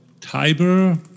Tiber